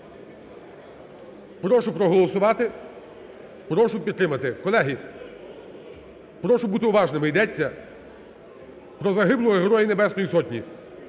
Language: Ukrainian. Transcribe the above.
Прошу проголосувати. Прошу підтримати. Колеги, прошу бути уважними: йдеться про загиблого Героя Небесної Сотні.